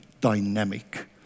dynamic